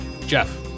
Jeff